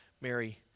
Mary